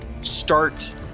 start